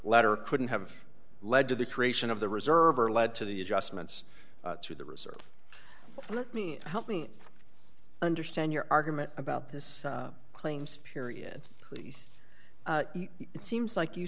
letter couldn't have led to the creation of the reserve or lead to the adjustments to the reserve let me help me understand your argument about this claims period please it seems like you